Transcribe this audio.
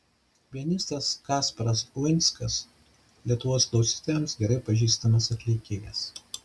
pianistas kasparas uinskas lietuvos klausytojams gerai pažįstamas atlikėjas